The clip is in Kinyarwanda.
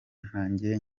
ntangire